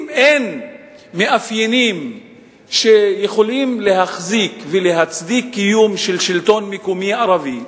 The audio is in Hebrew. אם אין מאפיינים שיכולים להחזיק ולהצדיק קיום של שלטון מקומי ערבי,